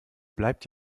bleibt